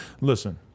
Listen